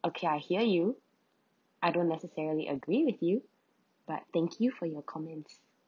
okay I hear you I don't necessarily agree with you but thank you for your comments